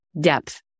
Depth